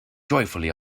joyfully